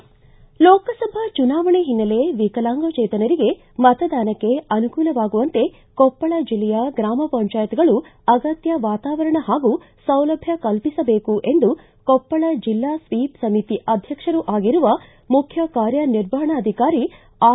ಲೋಕಸಭಾ ಚುನಾವಣೆ ಹಿನ್ನೆಲೆ ವಿಕಲಾಂಗಚೇತನರಿಗೆ ಮತದಾನಕ್ಕೆ ಅನುಕೂಲವಾಗುವಂತೆ ಕೊಪ್ಪಳ ಜಿಲ್ಲೆಯ ಗ್ರಾಮ ಪಂಜಾಯತ್ಗಳು ಅಗತ್ಯ ವಾತಾವರಣ ಪಾಗೂ ಸೌಲಭ್ಯ ಕಲ್ಪಿಸಬೇಕು ಎಂದು ಕೊಪ್ಪಳ ಜಿಲ್ಲಾ ಸ್ವೀಪ್ ಸಮಿತಿ ಆಧ್ವಕ್ಷರೂ ಆಗಿರುವ ಮುಖ್ಯ ಕಾರ್ಯ ನಿರ್ವಹಣಾಧಿಕಾರಿ ಆರ್